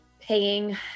paying